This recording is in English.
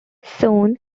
soon